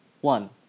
One